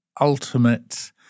ultimate